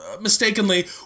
mistakenly